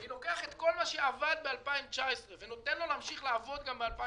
אני לוקח את כל מה שעבד ב-2019 ונותן לו להמשיך לעבוד גם 2020,